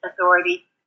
authority